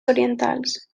orientals